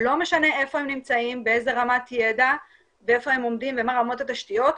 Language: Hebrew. לא משנה איפה הם נמצאים ובאיזו רמת ידע ומה רמת התשתיות,